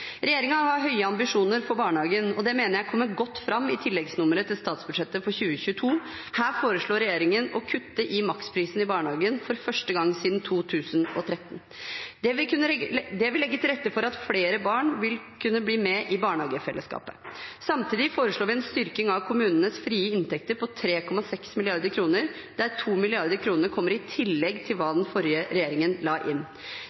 har høye ambisjoner for barnehagene, og det mener jeg kommer godt fram i tilleggsnummeret til statsbudsjettet for 2022. Her foreslår regjeringen å kutte i maksprisen i barnehagene for første gang siden 2013. Det vil legge til rette for at flere barn vil kunne bli med i barnehagefellesskapet. Samtidig foreslår vi en styrking av kommunenes frie inntekter på 3,6 mrd. kr, der 2 mrd. kr kommer i tillegg til det den forrige regjeringen la inn.